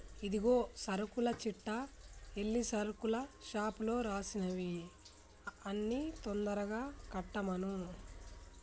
ఇదిగో సరుకుల చిట్టా ఎల్లి సరుకుల షాపులో రాసినవి అన్ని తొందరగా కట్టమను